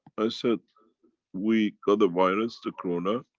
i said we got the virus, the corona.